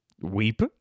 weep